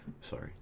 sorry